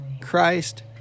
Christ